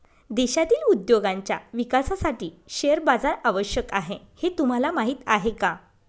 देशातील उद्योगांच्या विकासासाठी शेअर बाजार आवश्यक आहे हे तुम्हाला माहीत आहे का?